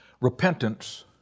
Repentance